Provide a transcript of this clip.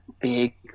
big